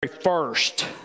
first